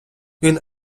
він